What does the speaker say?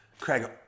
Craig